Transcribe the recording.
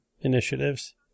initiatives